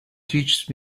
teach